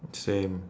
same